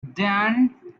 then